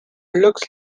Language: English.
looks